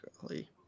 Golly